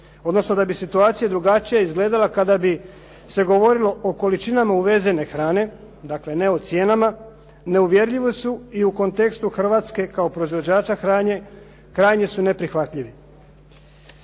odnosno da bi situacija drugačije izgledala kada bi se govorilo o količinama uvezene hrane, dakle, ne o cijenama, neuvjerljivo su i u kontekstu Hrvatske kao proizvođača hrane krajnje su neprihvatljivi.